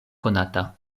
konata